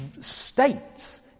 states